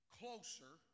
closer